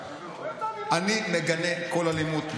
אני מגנה כל אלימות.